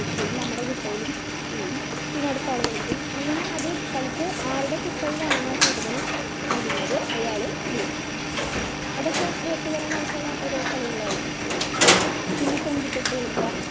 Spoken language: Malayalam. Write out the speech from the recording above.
അത് ആ അരിയും തേങ്ങയും ചേർത്ത് നന്നായിട്ട് സോക്ക് ചെയ്തിങ്ങനെ വച്ചതിന് ശേഷം വറത്തെടുത്തിട്ട് തേങ്ങയുടെ ചെരണ്ടിയ ഇത് വറുത്തതും